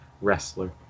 wrestler